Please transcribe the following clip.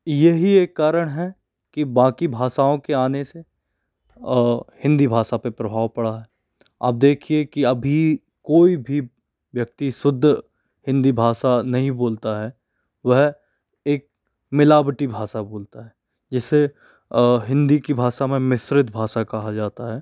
यही एक कारण है कि बाकी भाषाओं के आने से हिंदी भाषा पे प्रभाव पड़ा है अब देखिए कि अभी कोई भी व्यक्ति शुद्ध हिंदी भाषा नहीं बोलता है वह एक मिलावटी भाषा बोलता है जिसे हिंदी की भाषा में मिश्रित भाषा कहा जाता है इसीलिए हिंदी में जो पिछले कई सालों में प्रभाव पड़ा है बाकी भाषाओं का वो